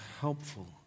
helpful